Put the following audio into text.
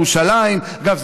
אגב,